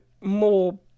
more